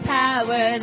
power